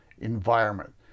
environment